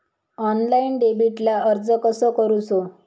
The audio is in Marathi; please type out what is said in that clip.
ऑनलाइन डेबिटला अर्ज कसो करूचो?